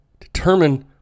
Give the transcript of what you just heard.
determine